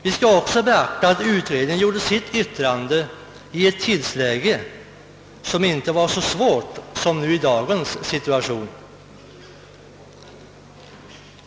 Vi skall också beakta att utredningen gjorde sitt yttrande i ett tidsläge som inte var så svårt som dagens situation.